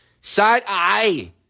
Side-eye